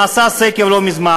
נעשה סקר לא מזמן,